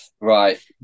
right